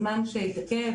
הזמן שהתעכב,